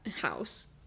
house